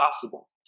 possible